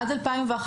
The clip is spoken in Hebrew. עד 2011,